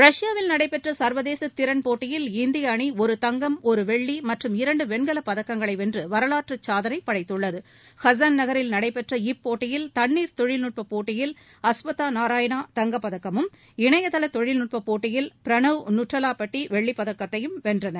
ரஷ்பாவில் நடைபெற்ற சர்வதேச திறன் போட்டியில் இந்தியா அணி ஒரு தங்கம் ஒரு வெள்ளி மற்றும் இரண்டு வெண்கல பதக்கங்களை வென்று வரலாற்றுச் சாதனை படைத்துள்ளது கசன் நகரில் நடைபெற்ற இப்போட்டியில் தண்ணீர் தொழில்நுட்பப் போட்டியில் அஸ்வதா நாராயணா தங்கப்பதக்கமும் இணையதள தொழில்நுட்பப் போட்டியில் பிரனவ் நூட்டலாபட்டி வெள்ளிப்பதக்கமும் வென்றன்